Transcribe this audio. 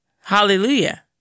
Hallelujah